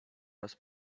raz